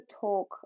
talk